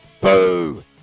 Boo